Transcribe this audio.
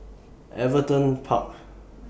Everton Park